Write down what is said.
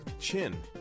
chin